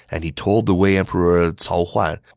and he told the wei emperor cao huan,